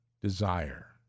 desire